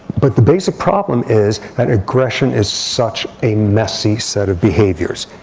but the basic problem is that aggression is such a messy set of behaviors.